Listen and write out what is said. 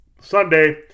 Sunday